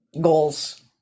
goals